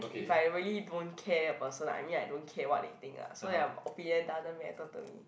if I really don't care a person lah I mean like don't care what they think lah so their opinion doesn't matter to me